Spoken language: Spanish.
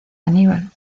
aníbal